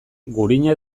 gurina